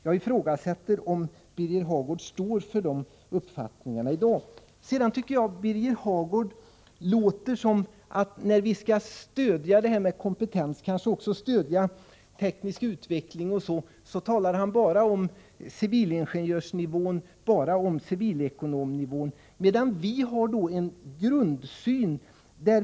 Jag ifrågasätter om Birger Hagård står för de uppfattningarna i dag. När vi skall stödja kompetens och teknisk utveckling talar Birger Hagård bara om civilingenjörsnivån och civilekonomnivån, medan vi har en annan grundsyn.